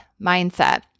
mindset